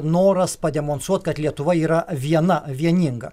noras pademonstruot kad lietuva yra viena vieninga